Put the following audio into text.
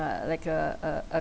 like a ugh